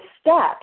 steps